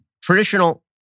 traditional